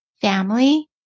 family